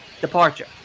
departure